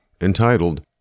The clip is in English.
entitled